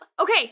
okay